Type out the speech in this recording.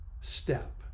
step